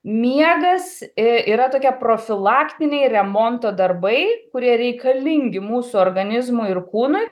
miegas yra tokie profilaktiniai remonto darbai kurie reikalingi mūsų organizmui ir kūnui